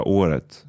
året